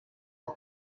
del